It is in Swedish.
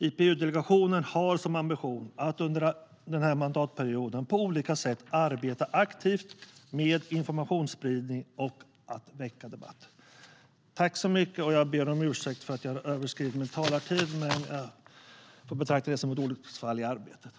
IPU-delegationen har som ambition att under mandatperioden på olika sätt arbeta aktivt med informationsspridning och väcka debatt. Jag ber om ursäkt för att jag överskred min anmälda talartid, men vi får betrakta det som olycksfall i arbetet.